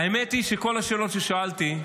האמת היא שכל השאלות ששאלתי,